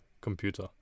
computer